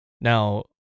now